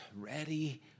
ready